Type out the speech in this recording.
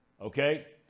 okay